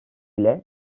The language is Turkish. ile